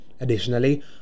Additionally